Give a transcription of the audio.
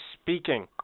speaking